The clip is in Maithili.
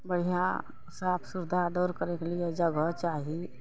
बढ़िआँ साफ सुथरा दौड़ करैके लेल जगह चाही